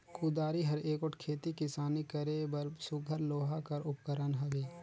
कुदारी हर एगोट खेती किसानी करे बर सुग्घर लोहा कर उपकरन हवे